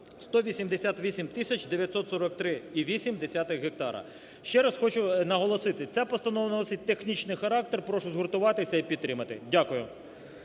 943,8 гектара. Ще раз хочу наголосити. Це постанова носить технічний характер, прошу згуртуватися і підтримати. Дякую.